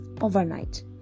overnight